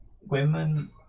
women